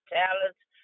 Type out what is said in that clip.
talents